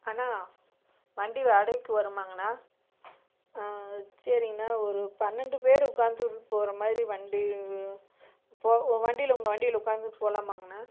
அண்ணா வண்டி வாடகைக்கு வருமாங்கண்ணா சரிங்கண்ணா ஒரு பன்னெரெண்டு பேர் உட்காந்து போகிறமாரி வண்டி போ வண்டியில் உங்கள் வண்டியில் உட்காந்து போகலாமாங்கண்ணா